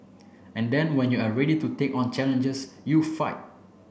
and then when you're ready to take on challenges you fight